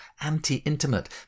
anti-intimate